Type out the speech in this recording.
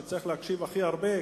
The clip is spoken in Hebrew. שצריך להקשיב הכי הרבה,